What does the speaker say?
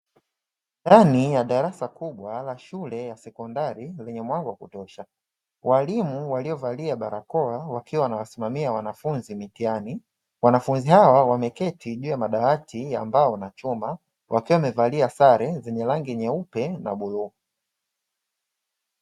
Ndani ya darasa kubwa la shule ya sekondari lenye mwanga wa kutosha, waalimu waliovalia barakoa wakiwa wanawasimamia wanafunzi mitihani, wanafunzi hawa wameketi juu ya madawati, ya mbao na chuma, wakiwa wamevalia sare zenye rangi nyeupe na bluu.